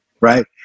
Right